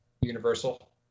universal